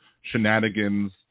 shenanigans